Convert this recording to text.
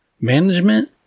management